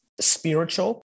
spiritual